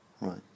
Right